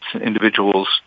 individuals